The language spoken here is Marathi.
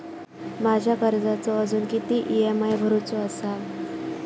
माझ्या कर्जाचो अजून किती ई.एम.आय भरूचो असा?